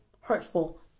hurtful